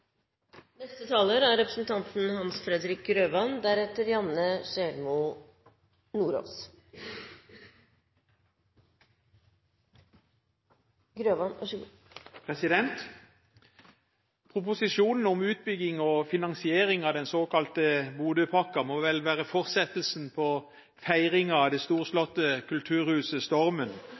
Proposisjonen om utbygging og finansiering av den såkalte Bodø-pakken må vel være fortsettelsen på feiringen av det storslåtte kulturhuset Stormen,